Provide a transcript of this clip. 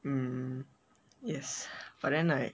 mm yes but then like